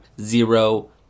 Zero